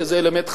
שזה אלמנט חדש.